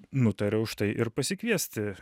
nutariau štai ir pasikviesti